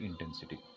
intensity